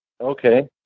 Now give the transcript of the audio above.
Okay